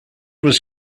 was